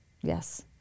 Yes